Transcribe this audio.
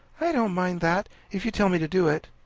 i don't mind that, if you tell me to do it.